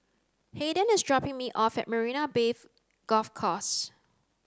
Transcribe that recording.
Haiden is dropping me off at Marina Bay Golf Course